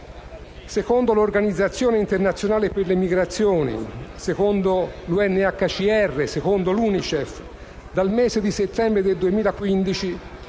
Secondo l'Organizzazione internazionale per le migrazioni (OIM), l'UNHCR e l'UNICEF, dal mese di settembre del 2015,